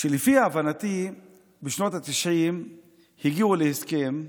לפי הבנתי בשנות התשעים הגיעו להסכם,